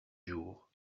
jour